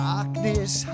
Darkness